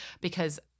because-